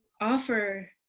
offer